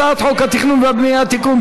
הצעת חוק התכנון והבנייה (תיקון,